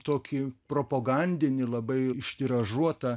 tokį propagandinį labai ištiražuotą